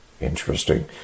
Interesting